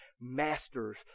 masters